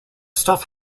stuff